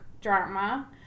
drama